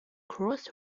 cross